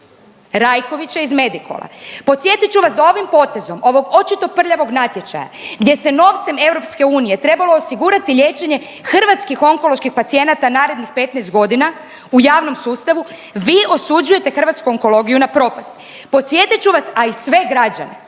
Rajkovića iz Medikola. Podsjetit ću vas da ovim potezom ovog očito prljavog natječaja gdje se novcem EU trebalo osigurati liječenje hrvatskih onkoloških pacijenata narednih 15 godina u javnom sustavu vi osuđujete hrvatsku onkologiju na propast. Podsjetit ću vas a i sve građane